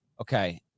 okay